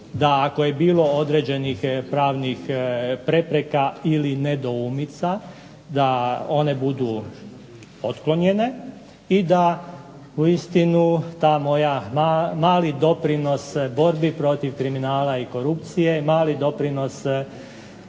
da ako je bilo određenih pravnih prepreka ili nedoumica da one budu otklonjene i da uistinu taj moj mali doprinos borbi protiv kriminala i korupcije, mali doprinos